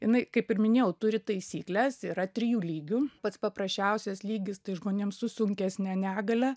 jinai kaip ir minėjau turi taisykles yra trijų lygių pats paprasčiausias lygis tai žmonėm su sunkesne negalia